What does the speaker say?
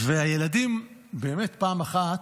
והילדים, פעם אחת